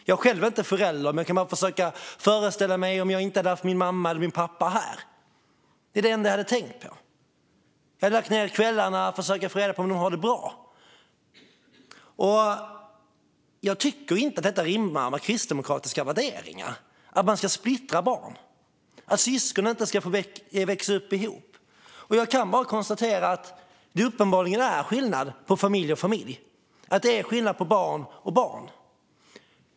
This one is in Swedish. Jag är själv inte förälder, men jag kan bara försöka föreställa mig om jag inte hade haft min mamma eller pappa här. Det är det enda jag hade tänkt på. Jag hade lagt kvällarna på att försöka få reda på om de har det bra. Jag tycker inte att det rimmar med kristdemokratiska värderingar att man ska splittra barn och att syskon inte ska få växa upp ihop. Jag kan bara konstatera att det uppenbarligen är skillnad på familj och familj och på barn och barn.